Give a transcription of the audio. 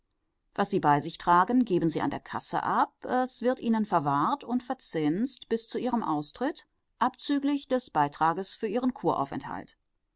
was sie bei sich tragen geben sie an der kasse ab es wird ihnen verwahrt und verzinst bis zu ihrem austritt abzüglich des betrages für ihren kuraufenthalt